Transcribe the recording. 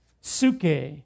Suke